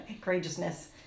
courageousness